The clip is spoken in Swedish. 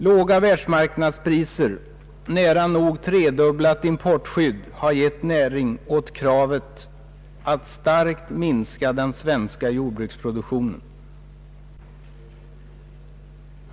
Låga världsmarknadspriser och nära nog tredubblat importskydd har gett näring åt kravet att starkt minska den svenska jordbruksproduktionen.